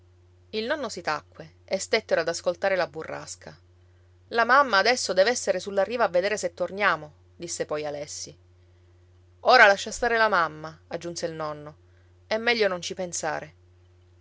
il nonno si tacque e stettero ad ascoltare la burrasca la mamma adesso dev'essere sulla riva a vedere se torniamo disse poi alessi ora lascia stare la mamma aggiunse il nonno è meglio non ci pensare